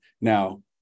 Now